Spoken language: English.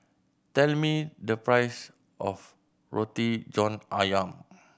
tell me the price of Roti John Ayam